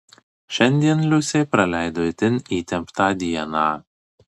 šiandien liusė praleido itin įtemptą dieną